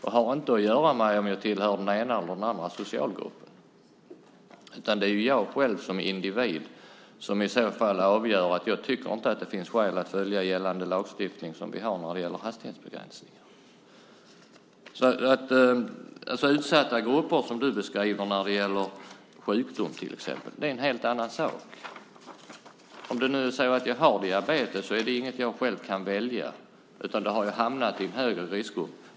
Det har inte att göra med om jag tillhör den ena eller den andra socialgruppen, utan det är jag själv som individ som avgör om jag inte tycker att det finns skäl att följa den lagstiftning som vi har när det gäller hastighetsbegränsningar. Utsatta grupper som du beskriver när det till exempel gäller sjukdom är en helt annan sak. Om jag har diabetes är det inget jag själv har valt, utan jag har hamnat i en högre riskgrupp.